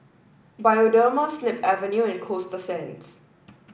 Bioderma Snip Avenue and Coasta Sands